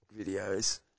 videos